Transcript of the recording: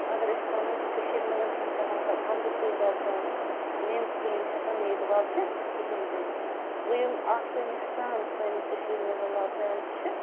اَگر أسۍ وَنو کہِ کَشیٖرِ منٛز چھُ نہٕ سَہل سَہل اَمبہٕ کُلۍ وۄپدان لیمبۍ کُلۍ یِم ہیکَن نہٕ ییٚتہِ وۄپدِتھ کِہیٖنۍ تہِ نہٕ ؤ یِم آسٲنی سان سانہِ کٔشیٖر منٛز وۄپدان چھِ